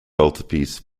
altarpiece